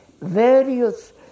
various